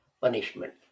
punishment